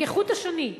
כחוט השני,